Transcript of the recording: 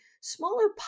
smaller